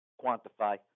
quantify